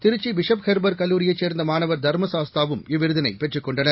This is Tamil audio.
திருச்சியைச் பிசப் ஹோ்பர் கல்லூரியைச் சேர்ந்த மானவர் தர்ம சாஸ்தாவும் இவ்விருதினை பெற்றுக் கொண்டனர்